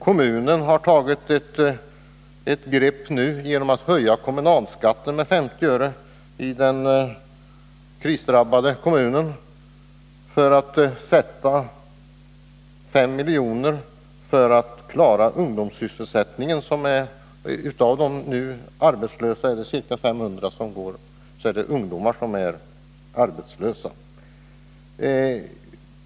Kommunen har nu beslutat höja kommunalskatten i denna krisdrabbade kommun med 50 öre, i syfte att kunna avsätta 5 milj.kr. för att klara ungdomssysselsättningen. Av de arbetslösa är ca 500 ungdomar.